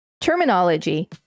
Terminology